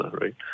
right